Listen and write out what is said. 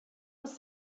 was